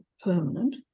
permanent